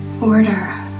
order